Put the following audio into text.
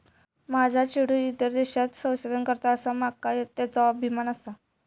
माझा चेडू ईदेशात संशोधन करता आसा, माका त्येचो अभिमान आसा